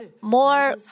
more